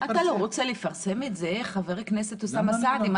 אתה לא רוצה לפרסם את זה, חבר הכנסת אוסאמה סעדי.